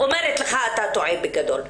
שאתה טועה בגדול.